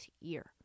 year